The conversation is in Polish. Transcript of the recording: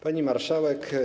Pani Marszałek!